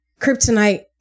kryptonite